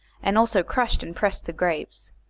and also crushed and pressed the grapes.